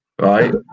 Right